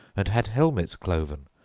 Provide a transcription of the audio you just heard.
and had helmets cloven,